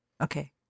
okay